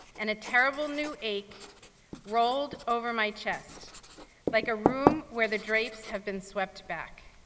and a terrible new ache rolled over my chest like a room where the drapes have been swept back.